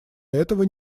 этого